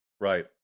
right